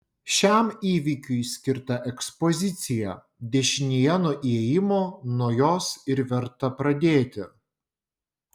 šiam įvykiui skirta ekspozicija dešinėje nuo įėjimo nuo jos ir verta pradėti